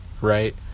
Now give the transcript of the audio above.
right